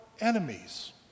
enemies